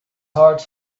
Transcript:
heart